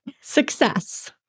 Success